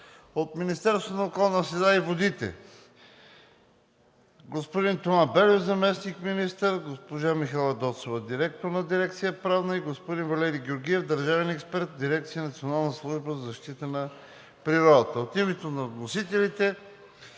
от Министерството на околната среда и водите: господин Тома Белев – заместник-министър, госпожа Михаела Доцова – директор на дирекция „Правна“, и господин Валери Георгиев – държавен експерт в дирекция „Национална служба за защита на природата“. От името на вносителите